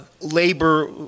labor